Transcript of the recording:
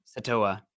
Satoa